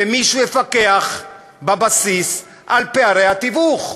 שמישהו יפקח בבסיס על פערי התיווך.